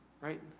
Right